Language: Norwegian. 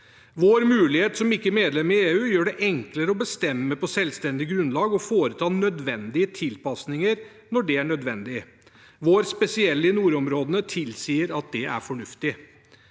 Vår mulighet som ikke-medlem i EU gjør det enklere å bestemme dette på selvstendig grunnlag og foreta nødvendige tilpasninger når det er nødvendig. Vår spesielle beliggenhet i nordområdene tilsier at det er fornuftig.